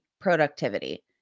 productivity